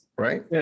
right